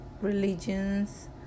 religions